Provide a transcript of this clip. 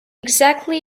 exactly